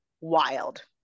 wild